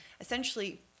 Essentially